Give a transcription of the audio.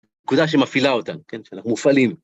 נקודה שמפעילה אותנו, כן, שאנחנו מופעלים.